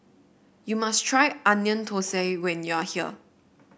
you must try Onion Thosai when you are here